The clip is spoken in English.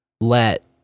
let